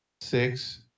six